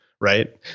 right